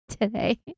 today